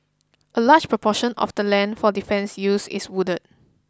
a large proportion of the land for defence use is wooded